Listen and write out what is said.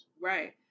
Right